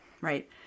right